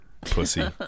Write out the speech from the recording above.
pussy